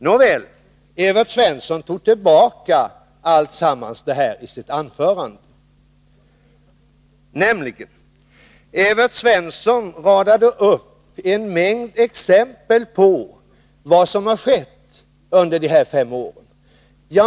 Nåväl, Evert Svensson tog tillbaka allt detta i sitt anförande. Evert Svensson radade nämligen upp en mängd exempel på vad som skett under de här fem åren.